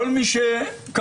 כל מי שהוא כמוני,